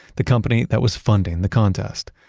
the company that was funding the contest.